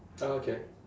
ah okay